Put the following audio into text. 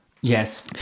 Yes